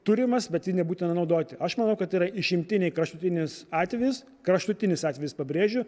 turimas bet jį nebūtina naudoti aš manau kad tai yra išimtiniai kraštutinis atvejis kraštutinis atvejis pabrėžiu